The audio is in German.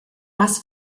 was